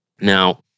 Now